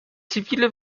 zivile